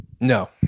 No